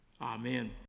Amen